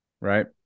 right